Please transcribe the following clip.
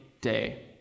day